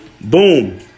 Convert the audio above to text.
Boom